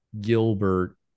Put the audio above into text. Gilbert